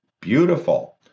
beautiful